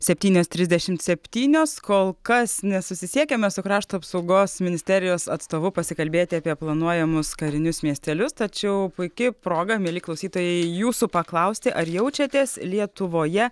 septynios trisdešimt septynios kol kas nesusisiekiame su krašto apsaugos ministerijos atstovu pasikalbėti apie planuojamus karinius miestelius tačiau puiki proga mieli klausytojai jūsų paklausti ar jaučiatės lietuvoje